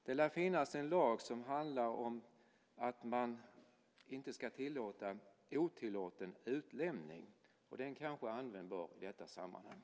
Det lär finnas en lag som handlar om att man inte ska tillåta otillåten utlämning. Den kanske är användbar i detta sammanhang.